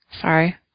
Sorry